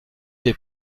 des